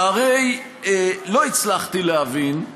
שהרי לא הצלחתי להבין,